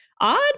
odd